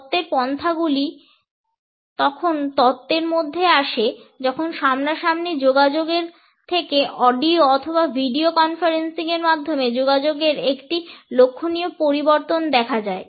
তত্ত্বের পন্থা গুলি তখন তত্ত্বের মধ্যে আসে যখন সামনাসামনি যোগাযোগের থেকে অডিও অথবা ভিডিও কনফারেন্সিং এর মাধ্যমে যোগাযোগের একটি লক্ষণীয় পরিবর্তন দেখা যায়